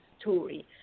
story